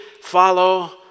follow